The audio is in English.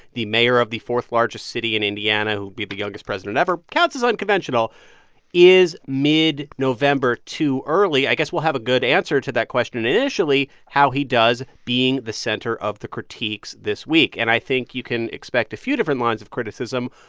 the mayor of the fourth largest city in indiana who would be the youngest president ever counts as unconventional is mid-november too early? i guess we'll have a good answer to that question and initially how he does being the center of the critiques this week, and i think you can expect a few different lines of criticism.